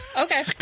Okay